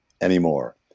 anymore